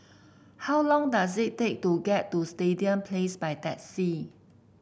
how long does it take to get to Stadium Place by taxi